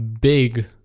big